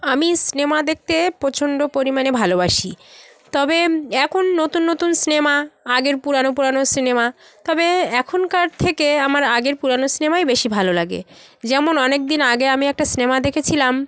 আমি সিনেমা দেখতে প্রচণ্ড পরিমাণে ভালোবাসি তবে এখন নতুন নতুন সিনেমা আগের পুরানো পুরানো সিনেমা তবে এখনকার থেকে আমার আগের পুরানো সিনেমাই বেশি ভালো লাগে যেমন অনেকদিন আগে আমি একটা সিনেমা দেখেছিলাম